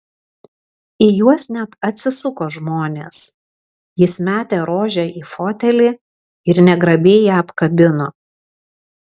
į juos net atsisuko žmonės jis metė rožę į fotelį ir negrabiai ją apkabino